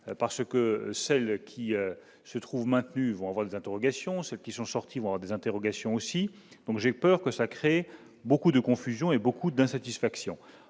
parce que celles qui se trouvent maintenu vont avoir des interrogations, ceux qui sont sortis, voire des interrogations aussi, donc j'ai peur que ça crée beaucoup de confusion et beaucoup d'insatisfaction,